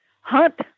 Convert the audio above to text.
hunt